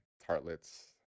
tartlets